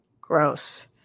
gross